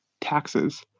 taxes